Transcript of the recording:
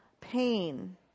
pain